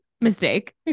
mistake